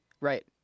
Right